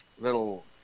little